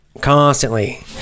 constantly